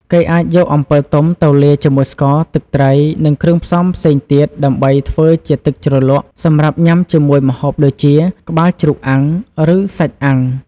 គេអាចយកអំពិលទុំទៅលាយជាមួយស្ករ ទឹកត្រី និងគ្រឿងផ្សំផ្សេងទៀតដើម្បីធ្វើជាទឹកជ្រលក់សម្រាប់ញ៉ាំជាមួយម្ហូបដូចជា ក្បាលជ្រូកអាំង ឬ សាច់អាំង។